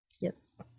Yes